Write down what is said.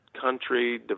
country